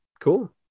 cool